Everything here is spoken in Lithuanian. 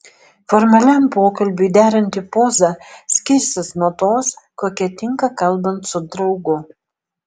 formaliam pokalbiui deranti poza skirsis nuo tos kokia tinka kalbant su draugu